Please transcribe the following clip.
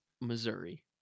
Missouri